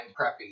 preppy